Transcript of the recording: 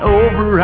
over